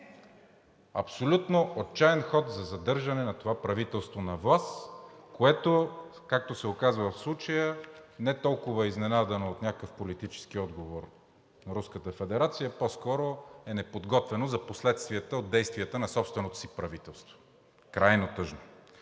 Абсолютно отчаян ход за задържане на това правителство на власт, което, както се оказа, в случая не е толкова изненадано от някакъв политически отговор на Руската федерация, а по-скоро е неподготвено за последствия от действията на собственото си правителство. Крайно тъжно.